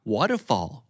Waterfall